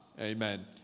Amen